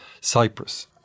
Cyprus